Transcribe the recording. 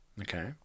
Okay